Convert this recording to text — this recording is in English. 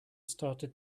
started